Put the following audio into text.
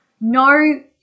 no